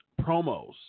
promos